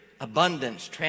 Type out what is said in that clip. abundance